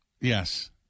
Yes